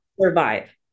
survive